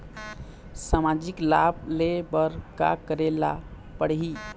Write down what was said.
सामाजिक लाभ ले बर का करे ला पड़ही?